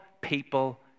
people